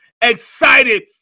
excited